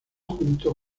junto